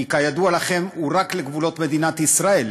כי כידוע לכם הוא רק לגבולות מדינת ישראל.